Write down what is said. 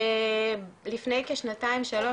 לפני כשנתיים שלוש,